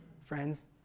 friends